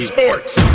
Sports